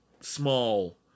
small